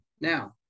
Now